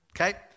Okay